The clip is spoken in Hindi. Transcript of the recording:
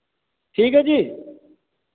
ठीक है जी